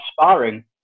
sparring